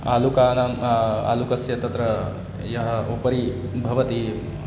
आलुकानाम् आलुकस्य तत्र यः उपरि भवति